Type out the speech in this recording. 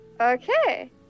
Okay